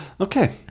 Okay